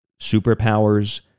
superpowers